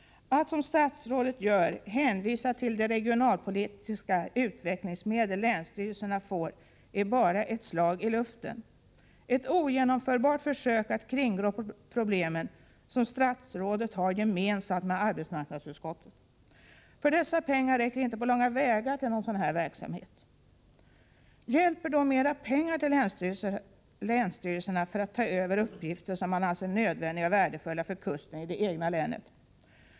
Att, som statsrådet gör, hänvisa till de regionalpolitiska utvecklingsmedel som länsstyrelserna får är bara ett slag i luften. Det håller inte att försöka kringgå problemen som statsrådet gör, liksom arbetsmarknadsutskottet. Dessa pengar räcker nämligen inte på långa vägar till någon sådan här verksamhet. Hjälper då mer pengar till länsstyrelserna för att ta över uppgifter som man anser nödvändiga och värdefulla för kusten i det egna länet?